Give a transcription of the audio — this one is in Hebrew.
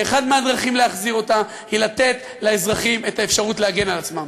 ואחת מהדרכים להחזיר אותה היא לתת לאזרחים את האפשרות להגן על עצמם.